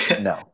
no